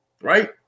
right